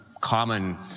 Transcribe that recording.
common